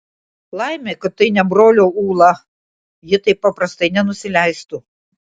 laimė kad tai ne brolio ūla ji taip paprastai nenusileistų